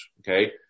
okay